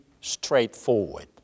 straightforward